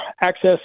access